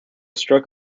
struck